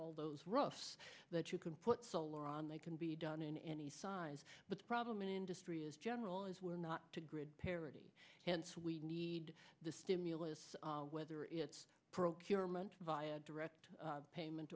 all those roughs that you can put solar on they can be done in any size but the problem in industry as general is we're not to grid parity hence we need the stimulus whether it's procurement via direct payment